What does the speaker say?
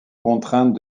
contraintes